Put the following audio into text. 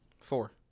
Four